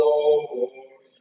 Lord